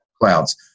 clouds